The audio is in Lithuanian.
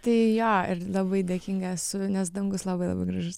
tai jo ir labai dėkinga esu nes dangus labai labai gražus